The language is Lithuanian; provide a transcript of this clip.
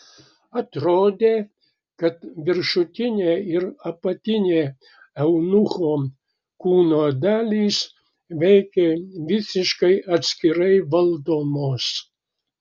atrodė kad viršutinė ir apatinė eunucho kūno dalys veikė visiškai atskirai valdomos